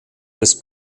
des